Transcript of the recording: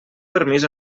permís